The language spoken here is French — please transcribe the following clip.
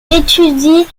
étudie